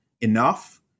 enough